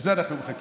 לזה אנחנו מחכים.